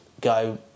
go